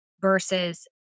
versus